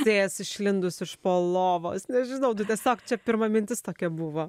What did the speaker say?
tėjas išlindus iš po lovos nežinau tiesiog čia pirma mintis tokia buvo